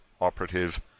operative